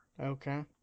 Okay